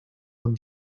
them